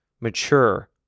mature